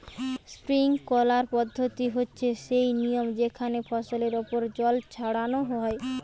sprinkler পদ্ধতি হচ্ছে সেই নিয়ম যেখানে ফসলের ওপর জল ছড়ানো হয়